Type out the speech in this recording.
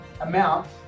amount